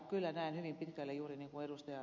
kyllä näen hyvin pitkälle juuri niin kuin ed